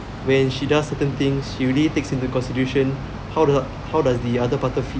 when she does certain things she really takes into consideration how the how does the other party feel